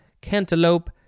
cantaloupe